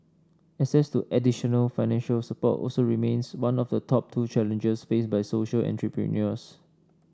access to additional financial support also remains one of the top two challenges faced by social entrepreneurs